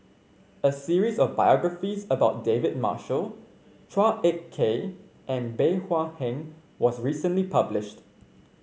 a series of biographies about David Marshall Chua Ek Kay and Bey Hua Heng was recently published